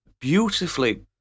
beautifully